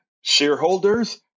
shareholders